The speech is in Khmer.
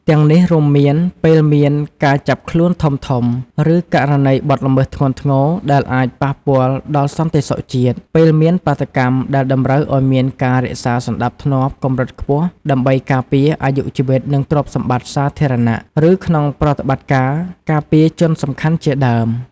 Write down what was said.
ទាំងនេះរួមមានពេលមានការចាប់ខ្លួនធំៗ ឬករណីបទល្មើសធ្ងន់ធ្ងរដែលអាចប៉ះពាល់ដល់សន្តិសុខជាតិ ពេលមានបាតុកម្មដែលតម្រូវឲ្យមានការរក្សាសណ្ដាប់ធ្នាប់កម្រិតខ្ពស់ដើម្បីការពារអាយុជីវិតនិងទ្រព្យសម្បត្តិសាធារណៈ ឬក្នុងប្រតិបត្តិការការពារជនសំខាន់ជាដើម។